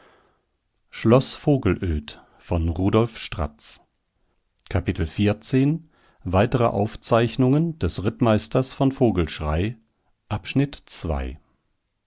weitere aufzeichnungen des rittmeisters von vogelschrey